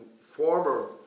former